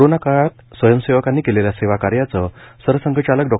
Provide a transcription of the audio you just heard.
corona काळात स्वयंसेवकांनी केलेल्या सेवा कार्याच सरसंघचालक डॉ